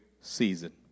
season